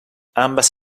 ambas